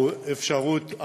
האפשרות,